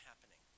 happening